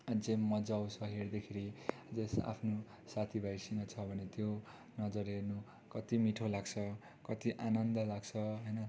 अझै मजा आउँछ हेर्दाखेरि जे होस् आफ्नो साथीभाइसिँग छ भने त्यो नजारा हेर्नु कति मिठो लाग्छ कति आनन्द लाग्छ होइन